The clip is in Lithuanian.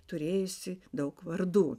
turėjusi daug vardų